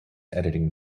editing